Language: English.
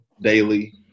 daily